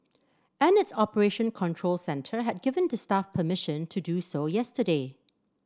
and its operation control centre had given the staff permission to do so yesterday